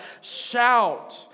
shout